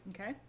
okay